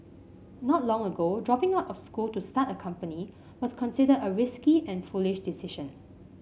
not long ago dropping out of school to start a company was considered a risky and foolish decision